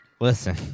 listen